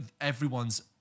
everyone's